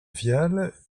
viale